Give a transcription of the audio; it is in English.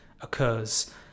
occurs